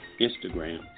Instagram